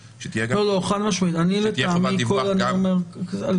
מיוחד וייחודי מאוד אני לא אומר "חריגה" כי אין לך חריגה,